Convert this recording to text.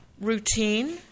routine